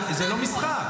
זה לא משחק.